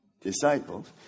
disciples